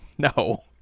No